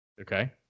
okay